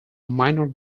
minor